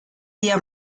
día